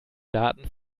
daten